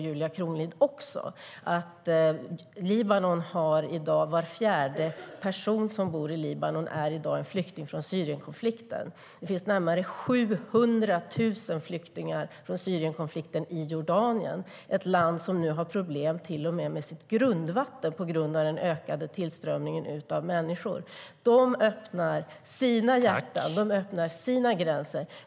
Julia Kronlid vet nog också att var fjärde person som bor i Libanon i dag är en flykting från Syrienkonflikten. Det finns närmare 700 000 flyktingar från Syrienkonflikten i Jordanien, ett land som nu har problem med till och med sitt grundvatten på grund av den ökade tillströmningen av människor. De öppnar sina hjärtan och sina gränser.